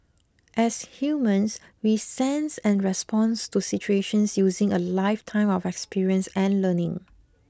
as humans we sense and respond to situations using a lifetime of experience and learning